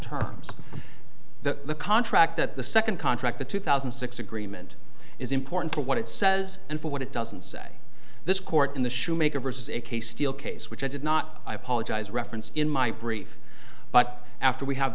terms the contract that the second contract the two thousand and six agreement is important for what it says and what it doesn't say this court in the shoemaker versus a case steel case which i did not i apologize referenced in my brief but after we have